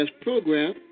program